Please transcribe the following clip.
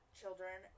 children